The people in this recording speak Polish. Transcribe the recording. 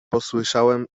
posłyszałem